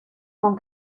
con